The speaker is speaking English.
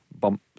bump